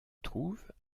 trouve